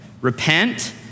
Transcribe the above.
Repent